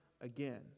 again